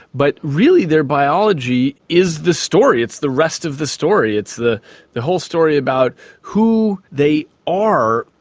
but really their biology is the story, it's the rest of the story, it's the the whole story about who they are.